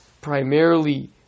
primarily